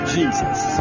Jesus